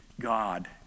God